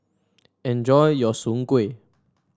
enjoy your Soon Kuih